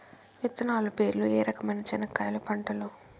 విత్తనాలు పేర్లు ఏ రకమైన చెనక్కాయలు పంటలు?